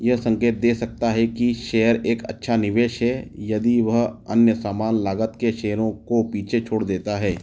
यह संकेत दे सकता है कि शेयर एक अच्छा निवेश है यदि वह अन्य सामान लागत के शेयरों को पीछे छोड़ देता है